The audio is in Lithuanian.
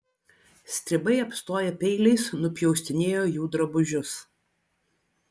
stribai apstoję peiliais nupjaustinėjo jų drabužius